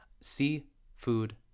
Seafood